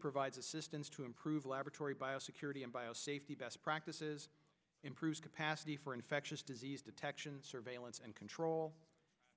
provides assistance to improve laboratory bio security and bio safety best practices improved capacity for infectious disease detection surveillance and control